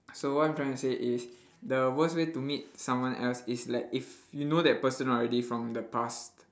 so what I'm trying to say is the worst way to meet someone else is like if you know that person already from the past